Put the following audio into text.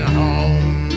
home